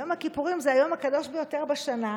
יום הכיפורים זה היום הקדוש ביותר בשנה,